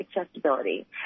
accessibility